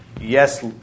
yes